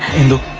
in the